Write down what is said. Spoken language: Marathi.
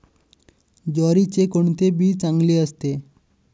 ज्वारीचे कोणते बी चांगले असते?